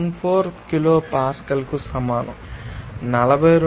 74 kilo పాస్కల్కు సమానం 42